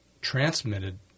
transmitted